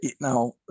now